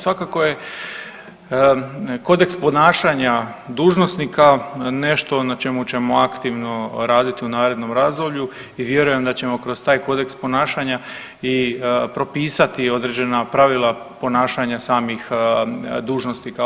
Svakako je kodeks ponašanja dužnosnika nešto na čemu ćemo aktivno raditi u narednom razdoblju i vjerujem da ćemo kroz taj kodeks ponašanja i propisati određena pravila ponašanja samih dužnosnika.